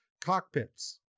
cockpits